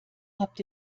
habt